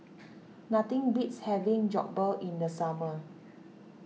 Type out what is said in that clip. nothing beats having Jokbal in the summer